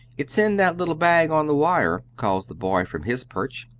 it's in that little bag on the wire, calls the boy from his perch.